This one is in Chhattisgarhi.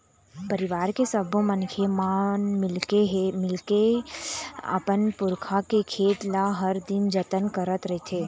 परिवार के सब्बो मनखे मन मिलके के अपन पुरखा के खेत ल हर दिन जतन करत रहिथे